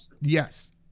yes